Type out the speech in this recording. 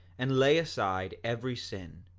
and lay aside every sin,